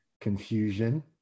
confusion